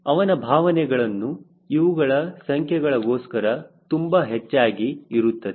ಅವನ ಭಾವನೆಗಳು ಇವುಗಳ ಸಂಖ್ಯೆಗಳಗೋಸ್ಕರ ತುಂಬಾ ಹೆಚ್ಚಾಗಿ ಇರುತ್ತದೆ